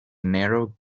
narrow